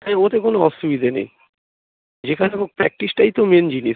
হ্যাঁ ওতে কোনো অসুবিধে নেই যেখানে হোক প্র্যাকটিসটাই তো মেন জিনিস